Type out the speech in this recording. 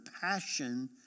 passion